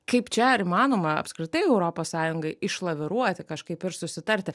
kaip čia ar įmanoma apskritai europos sąjungai išlaviruoti kažkaip ir susitarti